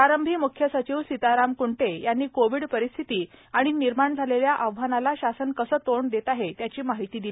प्रारंभी मुख्य सचिव सीताराम कुंटे यांनी कोविड परिस्थिती आणि निर्माण झालेल्या आव्हानाला शासन कसे तोंड देत आहे त्याची माहिती दिली